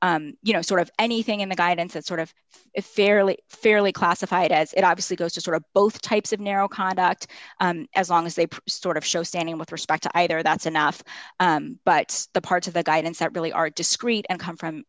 view you know sort of anything in the guidance that sort of fairly fairly classified as it obviously goes to sort of both types of narrow conduct as long as they sort of show standing with respect to either that's enough but the parts of the guidance that really are discrete and come from